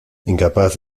incapaz